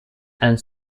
and